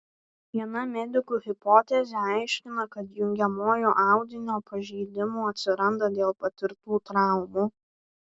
viena medikų hipotezė aiškina kad jungiamojo audinio pažeidimų atsiranda dėl patirtų traumų